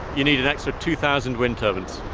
you need an extra two thousand wind turbines.